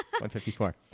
154